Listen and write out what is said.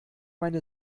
meine